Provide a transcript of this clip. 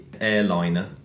airliner